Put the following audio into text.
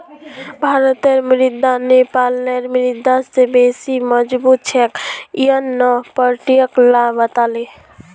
भारतेर मुद्रा नेपालेर मुद्रा स बेसी मजबूत छेक यन न पर्यटक ला बताले